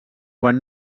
quan